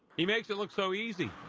he makes it look so easy.